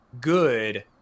good